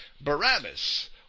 Barabbas